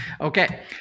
Okay